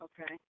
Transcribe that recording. okay